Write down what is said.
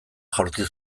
jaurti